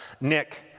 Nick